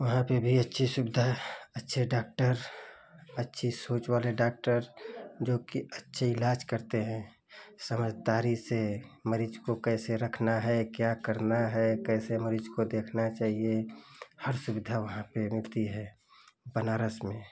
वहाँ पर भी अच्छी सुविधा अच्छे डॉक्टर अच्छी सोच वाले डॉक्टर जो कि अच्छा इलाज़ करते हैं समझदारी से मरीज़ को कैसे रखना है क्या करना है कैसे मरीज़ को देखना चाहिए हर सुविधा वहाँ पर मिलती है बनारस में